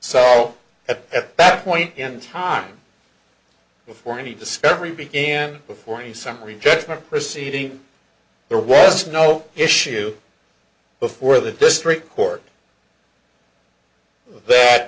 it at back point in time before any discovery began before any summary judgment proceeding there was no issue before the district court that